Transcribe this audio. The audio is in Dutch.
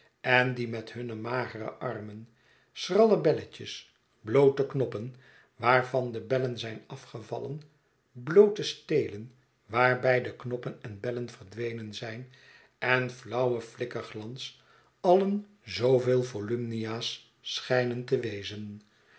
en die met hunne magere armen schralle belletjes bloote knoppen waarvan de bellen zijn afgevallen bloote stelen waar beide knoppen en bellen verdwenen zijn en flauwen fükkerglans allen zooveel volumnia's schijnen te wezen